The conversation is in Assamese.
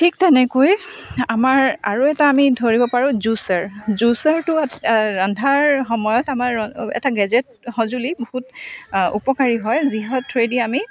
ঠিক তেনেকৈ আমাৰ আৰু এটা আমি ধৰিব পাৰোঁ জুচাৰ জুচাৰটো ৰান্ধাৰ সময়ত আমাৰ এটা গেজেট সঁজুলি বহুত উপকাৰী হয় যিহৰ থ্ৰুয়েদি আমি